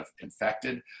infected